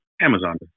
Amazon